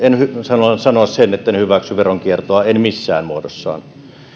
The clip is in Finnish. haluan sanoa sen että en hyväksy veronkiertoa en missään muodossaan